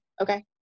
Okay